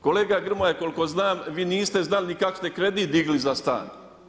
Kolega Grmoja koliko znam vi niste znali ni kako ste kredit digli za stan.